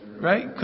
Right